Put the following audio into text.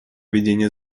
ведения